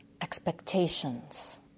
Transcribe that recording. expectations